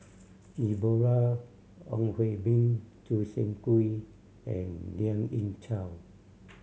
Deborah Ong Hui Min Choo Seng Quee and Lien Ying Chow